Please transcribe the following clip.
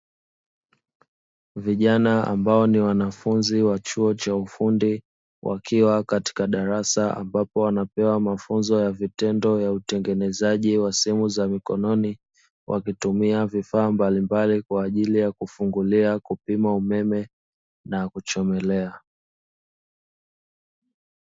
Vijana ambao ni wanafunzi wa chuo cha ufundi wakiwa katika darasa ambapo wanapewa mafunzo ya vitendo ya utengenezaji wa simu za mikononi wakitumia vifaa mbalimbali kwa ajili ya kufungulia, kupima umeme na kuchomelea.